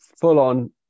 full-on